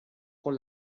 con